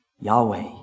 Yahweh